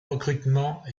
recrutement